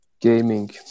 gaming